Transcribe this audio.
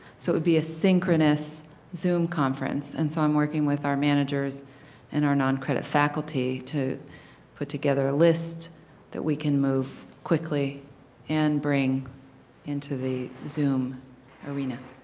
so it would be a synchronous zoom conference and so i am working with our managers and our noncredit faculty to put together a list that we can move quickly and bring into the zoom arena.